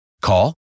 Call